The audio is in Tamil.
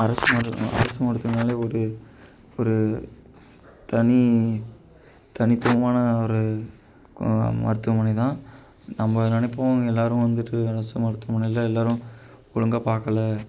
அரசு மருத்து அரசு மருத்துவம்னாலே ஒரு ஒரு ஸ் தனி தனித்துவமான ஒரு க மருத்துவமனை தான் நம்ம நினைப்போம் எல்லாேரும் வந்துட்டு அரசு மருத்துவமனைையில் எல்லாேரும் ஒழுங்கா பார்க்கல